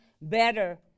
better